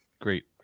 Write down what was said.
great